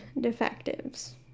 defectives